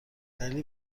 دلیلی